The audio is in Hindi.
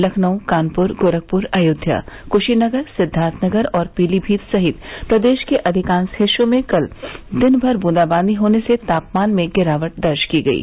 लखनऊ कानपुर गोरखपुर अयोध्या कुषीनगर सिद्दार्थनगर और पीलीभीत सहित प्रदेष के अधिकांष हिस्सों में कल दिन भर बूंदाबांदी होने से तापमान में गिरावट दर्ज की गयी